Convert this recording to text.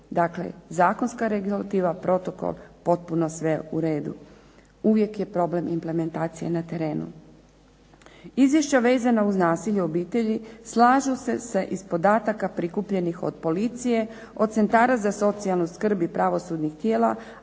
Dakle, zakonska regulativa, protokol, potpuno sve u redu. Uvijek je problem implementacije na terenu. Izvješća vezana uz nasilje u obitelji slažu se iz podataka prikupljenih od policije, od centara za socijalnu skrb i pravosudnih tijela,